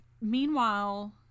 meanwhile